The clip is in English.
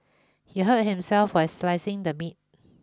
he hurt himself while slicing the meat